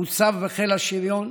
הוצב בחיל השריון,